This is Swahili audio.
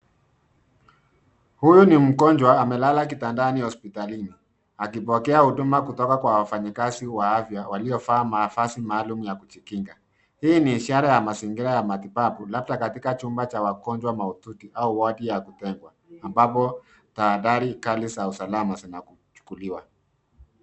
Huyu ni mgonjwa, amelala kitandani hospitalini. Akipokea huduma kutoka kwa wafanyikazi wa afya, waliovaa mavazi maalum ya kujikinga. Hii ni ishara ya mazingira ya matibabu, labda katika chumba cha wagonjwa mahututi, au wodi ya kubebwa, ambapo tahadhari kali za usalama zinachukuliwa.